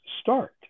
start